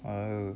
oh